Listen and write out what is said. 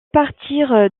partir